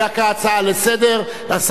אלא כהצעה לסדר-היום.